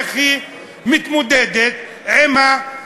איך היא מתמודדת עם התופעה,